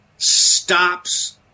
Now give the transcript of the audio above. stops